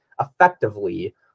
effectively